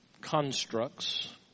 constructs